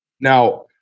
Now